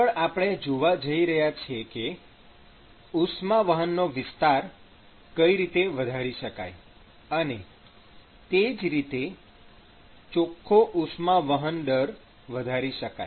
આગળ આપણે જોવા જઈ રહ્યા છે કે ઉષ્મા વહનનો વિસ્તાર કઈ રીતે વધારી શકાય અને તે જ રીતે ચોખ્ખો ઉષ્મા વહન દર વધારી શકાય